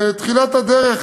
תחילת הדרך,